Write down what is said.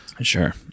Sure